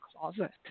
closet